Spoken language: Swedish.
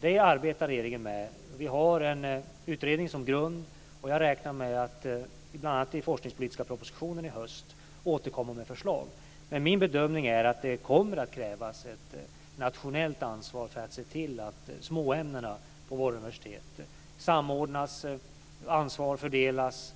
Det arbetar regeringen med. Vi har en utredning som grund. Jag räknar med att i bl.a. forskningspolitiska propositionen i höst återkomma med förslag. Min bedömning är att det kommer att krävas ett nationellt ansvar för att se till att småämnena på våra universitet samordnas och att ansvar fördelas.